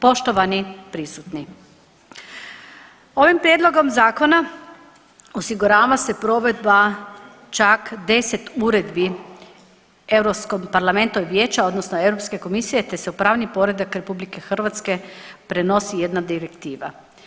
Poštovani prisutni, ovim prijedlogom zakona osigurava se provedba čak 10 uredbi Europskog parlamenta i vijeća odnosno Europske komisije, te se u pravni poredak RH prenosi jedna direktiva.